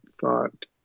thought